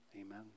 amen